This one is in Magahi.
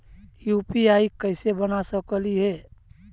यु.पी.आई कैसे बना सकली हे?